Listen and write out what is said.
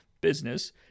business